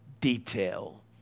detail